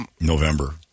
November